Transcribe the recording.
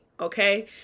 okay